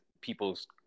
people's